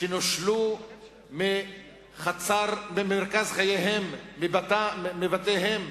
שנושלו ממרכז חייהם, מבתיהם,